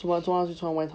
做什么诶做什么他去穿外套